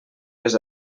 les